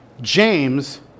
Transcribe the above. James